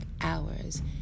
hours